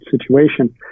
situation